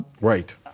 Right